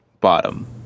bottom